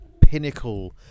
pinnacle